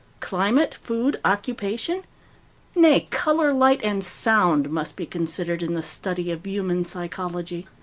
climate, food, occupation nay, color, light, and sound must be considered in the study of human psychology.